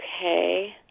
Okay